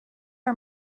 are